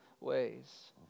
ways